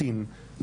להקטין